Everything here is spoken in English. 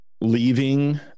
leaving